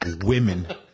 women